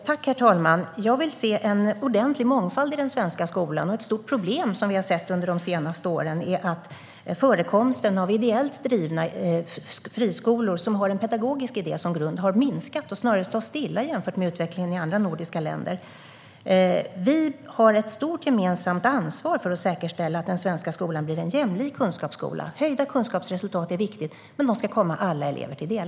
Herr talman! Jag vill se en ordentlig mångfald i den svenska skolan. Ett stort problem som vi har sett under de senaste åren är att förekomsten av ideellt drivna friskolor som har en pedagogisk idé som grund har minskat. Utvecklingen här har snarare stått stilla jämfört med andra nordiska länder. Vi har ett stort gemensamt ansvar för att säkerställa att den svenska skolan blir en jämlik kunskapsskola. Höjda kunskapsresultat är viktigt, men de ska komma alla elever till del.